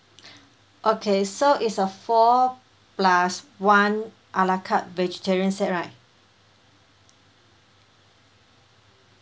okay so it's a four plus one a la carte vegetarian set right